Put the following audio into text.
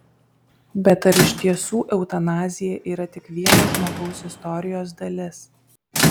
bet ar iš tiesų eutanazija yra tik vieno žmogaus istorijos dalis